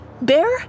Bear